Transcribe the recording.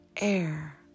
air